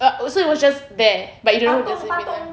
uh so it was just there but you don't know as in dia nya